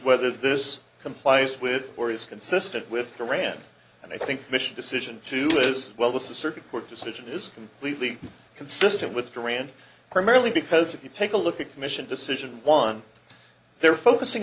whether this complies with or is consistent with iran and i think mr decision to is well the circuit court decision is completely consistent with duran primarily because if you take a look at a commission decision one they're focusing